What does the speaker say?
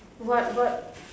what what